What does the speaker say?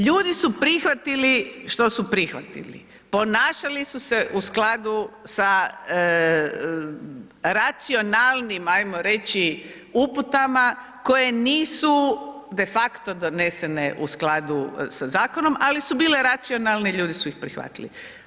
Ljudi su prihvatili što su prihvatili, ponašali su se u skladu sa racionalnim ajmo reći uputama koje nisu de facto donesene u skladu sa zakonom, ali su bile racionalne i ljudi su ih prihvatili.